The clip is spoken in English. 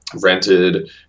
rented